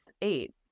eight